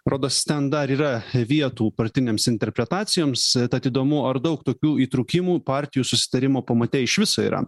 rodos ten dar yra vietų partinėms interpretacijoms tad įdomu ar daug tokių įtrūkimų partijų susitarimo pamate iš visa yra